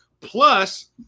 Plus